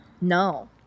No